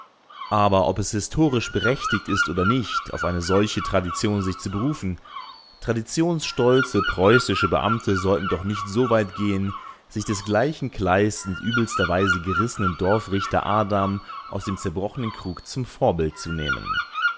aber ob es historisch berechtigt ist oder nicht auf eine solche tradition sich zu berufen traditionsstolze preußische beamte sollten doch nicht so weit gehen sich des gleichen kleist in übelster weise gerissenen dorfrichter adam aus dem zerbrochenen krug zum vorbild zu nehmen